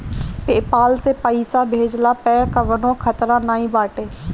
PayPal से पईसा भेजला पअ कवनो खतरा नाइ बाटे